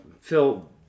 Phil